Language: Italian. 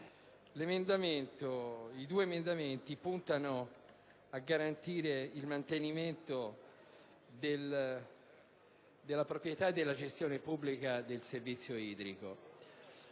15.31 e 15.501 puntano a garantire il mantenimento della proprietà e della gestione pubblica del servizio idrico.